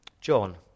John